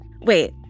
Wait